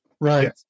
right